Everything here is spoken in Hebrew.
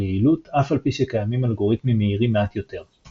יעילות אף על פי שקיימים אלגוריתמים מהירים מעט יותר.